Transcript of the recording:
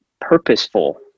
purposeful